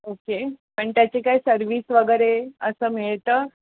okay पण त्याचे काय सर्विस वगैरे असं मिळतं